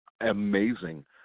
amazing